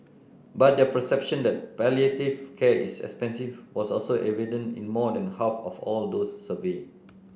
but their perception that palliative care is expensive was also evident in more than half of all those surveyed